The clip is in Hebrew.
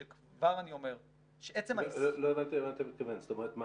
לא הבנתי למה אתה מתכוון, זאת אומרת מה?